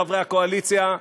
חברי הקואליציה,